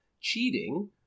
Cheating